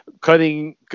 cutting